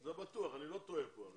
זה בטוח, אני לא טועה פה.